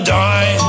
die